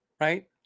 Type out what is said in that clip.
right